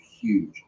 huge